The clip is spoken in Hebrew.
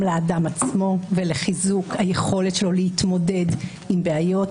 לאדם עצמו ולחיזוק היכולת שלו להתמודד עם בעיות,